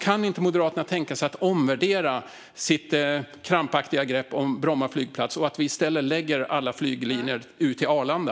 Kan inte Moderaterna tänka sig att omvärdera sitt krampaktiga grepp om Bromma flygplats och att vi i stället förlägger alla flyglinjer till Arlanda?